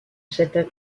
cette